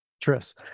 Tris